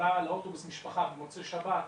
עלתה לאוטובוס משפחה במוצאי שבת,